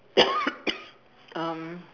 um